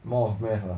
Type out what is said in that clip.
more of math lah